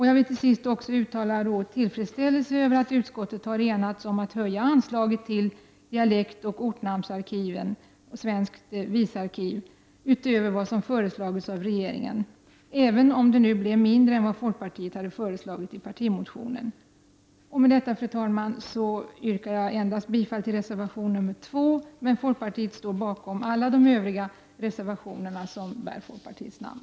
Jag vill till sist också uttala tillfredsställelse över att utskottet har enats om att höja anslaget till dialektoch ortnamnsarkiven och svenskt visarkiv utöver vad som föreslagits av regeringen, även om det blev mindre än vad folkpartiet föreslagit i partimotionen. Med detta, fru talman, yrkar jag bifall endast till reservation nr 2, men folkpartiet står bakom alla de övriga reservationer som bär folkpartinamn.